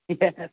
Yes